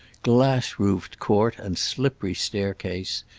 glass-roofed court and slippery staircase,